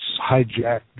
hijacked